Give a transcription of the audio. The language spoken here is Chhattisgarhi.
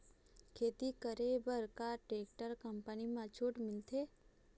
खेती करे बर का टेक्टर कंपनी म छूट मिलथे?